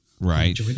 right